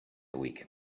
week